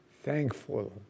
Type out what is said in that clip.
thankful